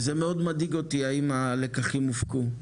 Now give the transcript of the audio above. וזה מאוד מדאיג אותי האם הלקחים הופקו.